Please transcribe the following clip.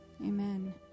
Amen